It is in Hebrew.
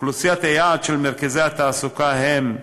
אוכלוסיית היעד של מרכזי התעסוקה היא: